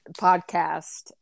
podcast